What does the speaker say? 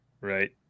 right